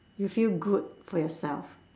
you feel good for yourself